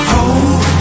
Hold